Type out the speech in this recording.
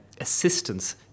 assistance